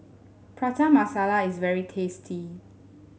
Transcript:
Prata Masala is very tasty